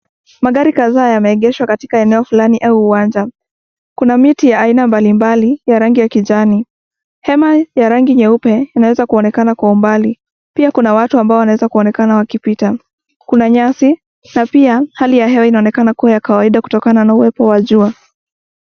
Magari kadhaa yameegeshwa katika eneo fulani au uwanja. Kuna miti ya aina mbali mbali ya rangi ya kijani. Hema ya rangi nyeupe inaweza kuonekana kwa umbali. Pia kuna watu ambao wanaweza kuonekana wakipita. Kuna nyasi na pia hali ya hewa inaonekana kuwa ya kawaida kutokana na uwepo wa jua.